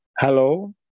Hello